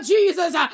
Jesus